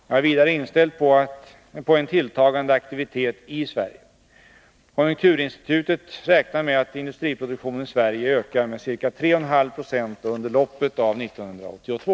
Jag är vidare inställd på en tilltagande aktivitet i Sverige. Konjunkturinstitutet räknar med att industriproduktionen i Sverige ökar med ca 3,5 90 under loppet av 1982.